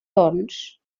torns